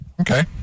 Okay